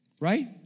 right